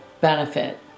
benefit